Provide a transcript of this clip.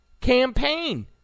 campaign